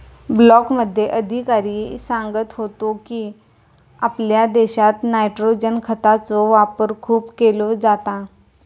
ब्लॉकमध्ये अधिकारी सांगत होतो की, आपल्या देशात नायट्रोजन खतांचो वापर खूप केलो जाता